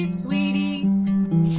sweetie